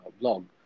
blog